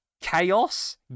Chaos